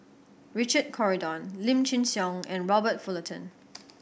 Richard Corridon Lim Chin Siong and Robert Fullerton